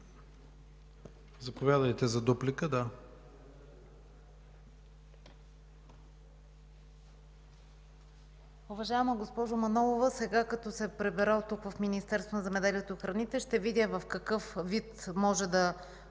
Заповядайте за дуплика,